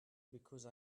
because